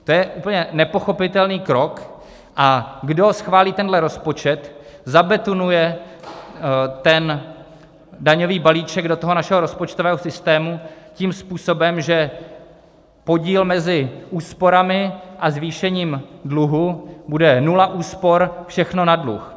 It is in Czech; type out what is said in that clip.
To je úplně nepochopitelný krok, a kdo schválí tenhle rozpočet, zabetonuje ten daňový balíček do našeho rozpočtového systému tím způsobem, že podíl mezi úsporami a zvýšením dluhu bude nula úspor, všechno na dluh.